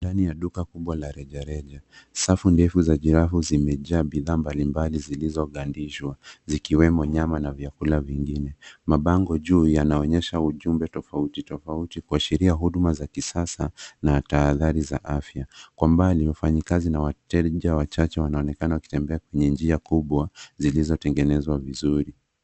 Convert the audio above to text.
Ndani ya duka kubwa la rejareja, safu ndefu za jirafu zimejaa bidhaa mbalimbali zilizogandishwa zikiwemo nyama na vyakula vingine. Mabango juu yanaonyesha ujumbe tofauti tofauti kuashiria huduma za kisasa na tahadhari za afya. Kwa mbali wafanyikazi na wateja wachache wanaonekana wakitembea kwenye njia kubwa zilizotengenezwa vizuri.